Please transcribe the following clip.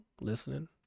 listening